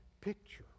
picture